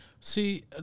See